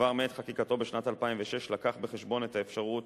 כבר מעת חקיקתו בשנת 2006, לקח בחשבון את האפשרות